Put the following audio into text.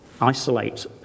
Isolate